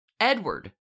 Edward